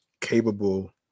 capable